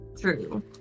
True